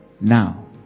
Now